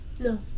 No